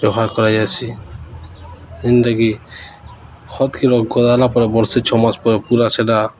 ବ୍ୟବହାର କରାଯାଏସି ଯେନ୍ଟାକି ଖତ୍କେ ର ଦେଲା ପରେ ବର୍ଷେ ଛଅମାସ ପରେ ପୁରା ସେଟା